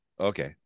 okay